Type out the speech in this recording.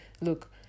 Look